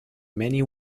many